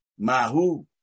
ma'hu